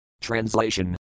Translation